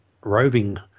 roving